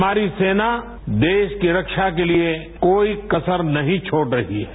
हमारी सेना देश की रक्षा के लिये कोई कसर नही छोड रही है